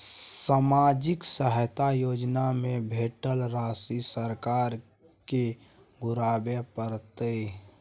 सामाजिक सहायता योजना में भेटल राशि सरकार के घुराबै परतै?